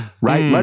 Right